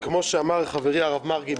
כמו שאמר חברי הרב מרגי,